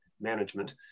management